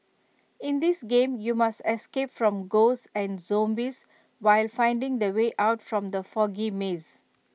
in this game you must escape from ghosts and zombies while finding the way out from the foggy maze